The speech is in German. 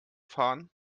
fahren